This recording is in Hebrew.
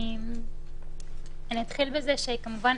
אני אתחיל בזה שכמובן,